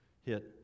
hit